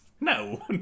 No